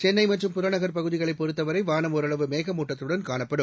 சென்னை மற்றும் புறநகர் பகுதிகளை பொருத்தவரை வானம் ஒரளவு மேகமுட்டத்துடன் காணப்படும்